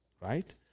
right